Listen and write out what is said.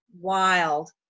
wild